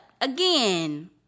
again